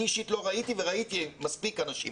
אני אישית לא ראיתי, וראיתי מספיק אנשים.